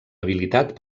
habilitat